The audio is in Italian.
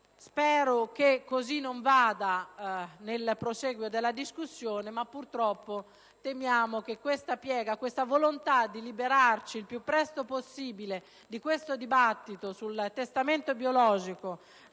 Spero che non sia così nel prosieguo della discussione. Temiamo, però, che questa piega e questa volontà di liberarsi al più presto possibile di questo dibattito sul testamento biologico